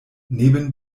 neben